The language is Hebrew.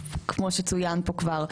כמו שצוין פה כבר,